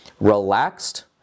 relaxed